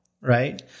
right